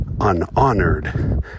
unhonored